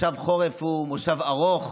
כנס חורף הוא כנס ארוך